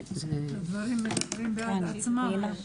הדברים מדברים בעד עצמם.